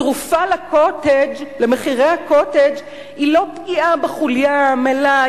התרופה למחירי ה"קוטג'" היא לא פגיעה בחוליה העמלה,